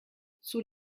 sous